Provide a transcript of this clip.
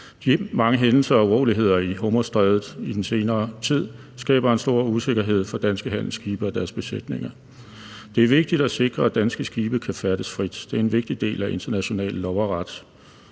De mange hændelser og uroligheder i Hormuzstrædet i den senere tid skaber en stor usikkerhed for danske handelsskibe og deres besætninger. Det er vigtigt at sikre, at danske skibe kan færdes frit. Det er en vigtig del af international lov og ret.